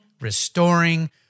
restoring